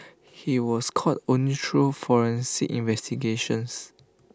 he was caught only through forensic investigations